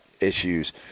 issues